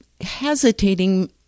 hesitating